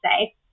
say